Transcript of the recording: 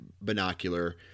binocular